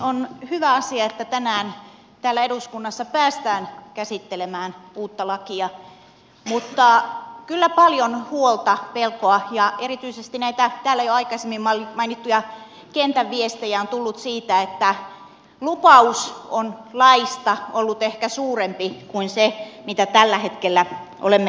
on hyvä asia että tänään täällä eduskunnassa päästään käsittelemään uutta lakia mutta kyllä paljon huolta pelkoa ja erityisesti näitä täällä jo aikaisemmin mainittuja kentän viestejä on tullut siitä että lupaus on laista ollut ehkä suurempi kuin se mitä tällä hetkellä olemme käsittelemässä